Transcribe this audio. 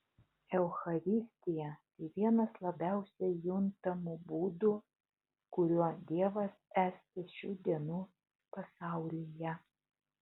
eucharistija tai vienas labiausiai juntamų būdų kuriuo dievas esti šių dienų pasaulyje